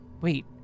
wait